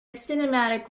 cinematic